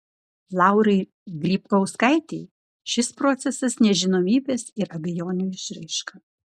laurai grybkauskaitei šis procesas nežinomybės ir abejonių išraiška